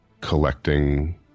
collecting